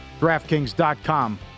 DraftKings.com